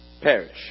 perish